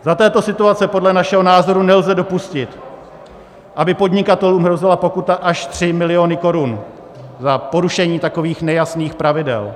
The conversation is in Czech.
Za této situace podle našeho názoru nelze dopustit, aby podnikatelům hrozila pokuta až 3 miliony korun za porušení takových nejasných pravidel.